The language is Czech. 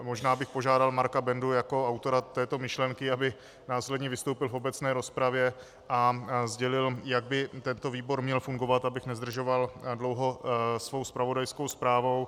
Možná bych požádal Marka Bendu jako autora této myšlenky, aby následně vystoupil v obecné rozpravě a sdělil, jak by tento výbor měl fungovat, abych nezdržoval dlouho svou zpravodajskou zprávou.